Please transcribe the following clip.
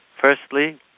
Firstly